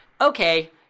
okay